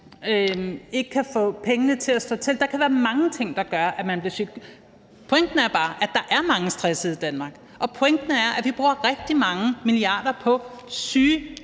ikke kan få pengene til at slå til. Der kan være mange ting, der gør, at man bliver syg. Pointen er bare, at der er mange stressede i Danmark, og pointen er, at vi bruger rigtig mange milliarder på